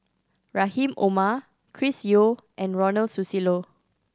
Rahim Omar Chris Yeo and Ronald Susilo